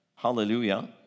Hallelujah